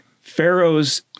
Pharaoh's